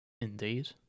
Indeed